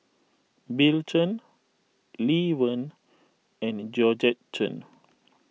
Bill Chen Lee Wen and Georgette Chen